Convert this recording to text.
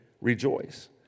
rejoice